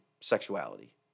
sexuality